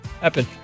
happen